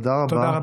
תודה רבה.